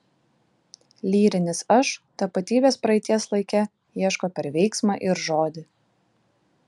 lyrinis aš tapatybės praeities laike ieško per veiksmą ir žodį